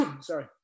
sorry